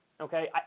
Okay